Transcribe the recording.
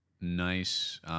nice